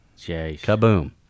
Kaboom